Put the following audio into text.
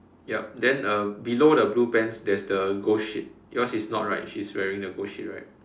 yup then uh below the blue pants there's the ghost sheet your is not right she's wearing the ghost sheet right